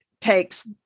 takes